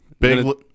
Big